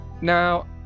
Now